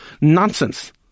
Nonsense